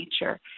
nature